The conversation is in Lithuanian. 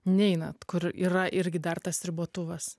neinat kur yra irgi dar tas ribotuvas